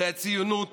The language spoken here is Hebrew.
שהציונות